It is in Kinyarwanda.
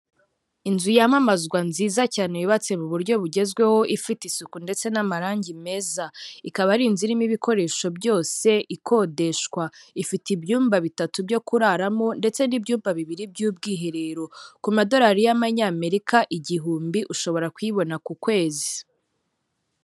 Inzu yamamazwa nziza cyane yubatse mu buryo bugezweho, ifite isuku ndetse n'amarangi meza, ikaba ari inzu irimo ibikoresho byose ikodeshwa, ifite ibyumba bitatu byo kuraramo ndetse n'ibyumba bibiri by'ubwiherero, ku madolari y'Amanyamerika igihumbi ushobora kuyibona ku kwezi.